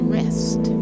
rest